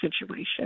situation